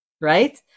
Right